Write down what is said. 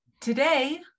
today